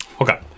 Okay